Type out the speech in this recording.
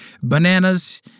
Bananas